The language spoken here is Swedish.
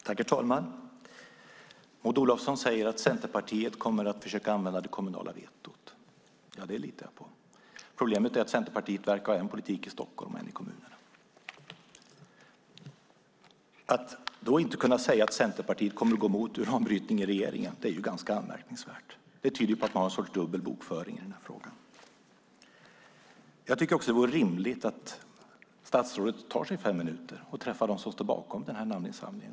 Herr talman! Maud Olofsson säger att Centerpartiet kommer att försöka använda det kommunala vetot. Det litar jag på. Problemet är att Centerpartiet verkar ha en politik i Stockholm och en i kommunerna. Att då inte kunna säga att Centerpartiet kommer att gå emot uranbrytning i regeringen är ganska anmärkningsvärt. Det tyder på att man har en sorts dubbel bokföring i denna fråga. Det vore rimligt att statsrådet tar sig fem minuter och träffar dem som står bakom namninsamlingen.